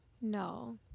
No